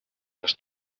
kas